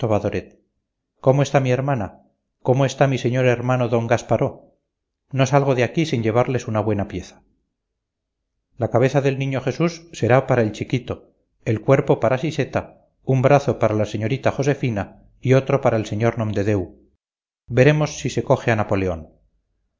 cómo está mi hermana cómo está mi señor hermano d gasparó no salgo de aquí sin llevarles una buena pieza la cabeza del niño jesús será para el chiquito el cuerpo para siseta un brazo para la señorita josefina y otro para el sr nomdedeu veremos si se coge a napoleón